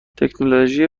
تکنولوژی